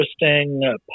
interesting